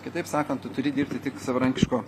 kitaip sakant tu turi dirbti tik savarankiško